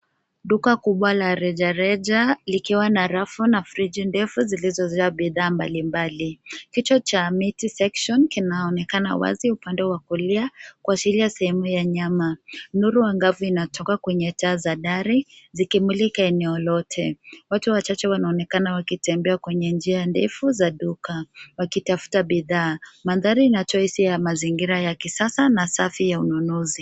Duka kubwa la rejareja likiwa na rafu na friji ndefu zilizojaa bidhaa mbali mbali. Kituo cha meat-section kinaonekana wazi upande wa kulia kuashiria sehemu ya nyama. Nuru angavu inatoka kwenye taa za dari zikimulika eneo lote. Watu wachache wanaonekana wakitembea kwenye njia ndefu za duka wakitafuta bidhaa. Mandhari ina choice na mazingira ya kisasa na safi ya ununuzi.